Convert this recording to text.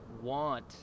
want